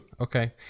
okay